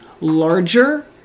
larger